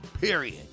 Period